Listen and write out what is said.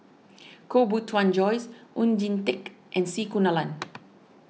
Koh Bee Tuan Joyce Oon Jin Teik and C Kunalan